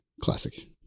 Classic